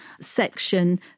section